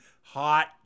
hot